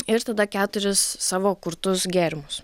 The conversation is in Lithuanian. ir tada keturis savo kurtus gėrimus